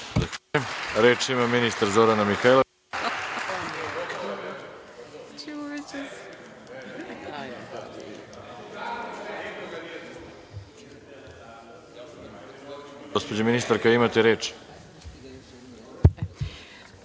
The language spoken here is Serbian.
Reč ima ministar Zorana Mihajlović.(Saša